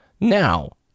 Now